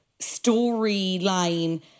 storyline